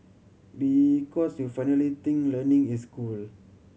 because you finally think learning is cool